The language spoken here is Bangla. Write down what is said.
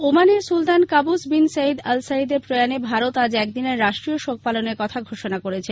ওমানের সুলতান কাবুস বিন সঈদ আল সঈদের প্রয়াণে ভারত আজ একদিনের রাষ্ট্রীয় শোক পালনের কথা ঘোষণা করেছে